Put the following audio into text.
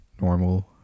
normal